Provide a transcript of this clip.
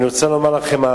אני רוצה לומר לכם,